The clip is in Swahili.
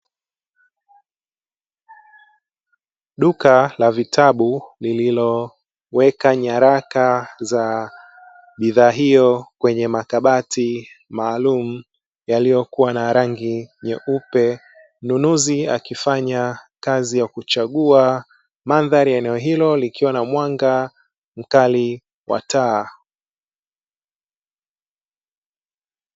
Duka la vitabu lililoweka nyaraka za bidhaa hio kwenye makabati maalumu yaliyokuwa na rangi nyeupe, mnunuzi akifanya kazi ya kuchagua. Mandhari ya eneo hilo likiwa na mwanga mkali wa taa.